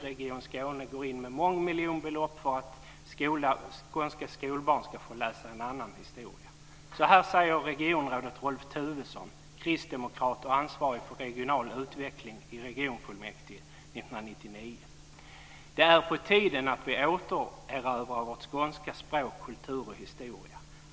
Region Skåne går in med mångmiljonbelopp för att skånska skolbarn ska få läsa en annan historia. Så här säger regionrådet Rolf Tuvesson, kristdemokrat och ansvarig för regional utvecklingen i regionfullmäktige 1999: Det är på tiden att vi återerövrar vårt skånska språk, vår kultur och historia.